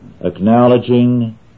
acknowledging